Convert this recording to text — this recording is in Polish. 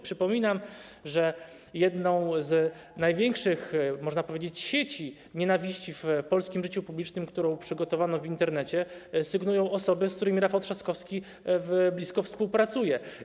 Przypominam, że jedną z największych, można powiedzieć, sieci nienawiści w polskim życiu publicznym, którą przygotowano w Internecie, sygnują osoby, z którymi Rafał Trzaskowski blisko współpracuje.